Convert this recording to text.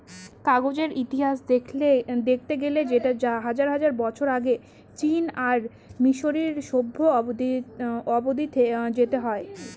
কাগজের ইতিহাস দেখতে গেলে সেটা হাজার হাজার বছর আগে চীন আর মিসরীয় সভ্য অব্দি যেতে হবে